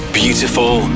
beautiful